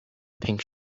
pink